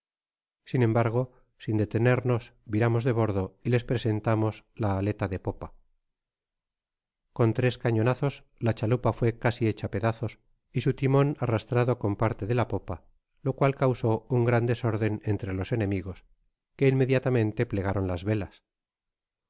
sin embargo sin detenernos viramos de bordo y les presentamos la aleta de pope coa tres cañonazos la chalupa fué casi hecha pedazos y su timon arrastrado con parte de la popa lo cual causó un gran desorden entre los enemigos que inmeéiatameote plegaron las velas